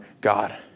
God